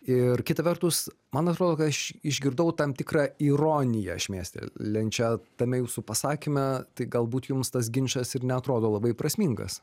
ir kita vertus man atrodo kad aš išgirdau tam tikrą ironiją šmėsteliančią tame jūsų pasakyme tai galbūt jums tas ginčas ir neatrodo labai prasmingas